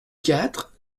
quatre